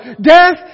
Death